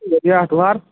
দিয়া আঠবাৰ